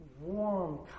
warm